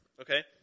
Okay